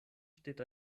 steht